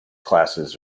classes